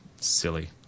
silly